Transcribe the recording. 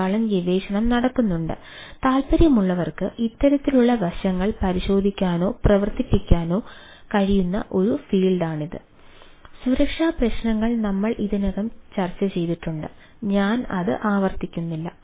ധാരാളം ഗവേഷണങ്ങൾ നടക്കുന്നുണ്ട് താൽപ്പര്യമുള്ളവർക്ക് ഇത്തരത്തിലുള്ള വശങ്ങൾ പരിശോധിക്കാനോ പ്രവർത്തിക്കാനോ കഴിയുന്ന ഒരു ഫീൽഡാണിത് സുരക്ഷാ പ്രശ്നങ്ങൾ നമ്മൾ ഇതിനകം ചർച്ചചെയ്തിട്ടുണ്ട് ഞാൻ അത് ആവർത്തിക്കുന്നില്ല